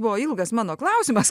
buvo ilgas mano klausimas